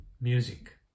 music